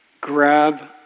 grab